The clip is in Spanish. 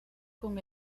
con